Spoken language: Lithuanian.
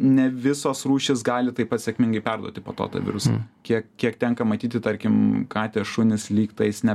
ne visos rūšys gali taip pat sėkmingai perduoti po to tą virusą kiek kiek tenka matyti tarkim katės šunys lygtais ne